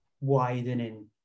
widening